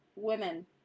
women